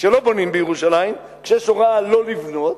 כשלא בונים בירושלים, כשיש הוראה לא לבנות,